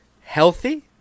healthy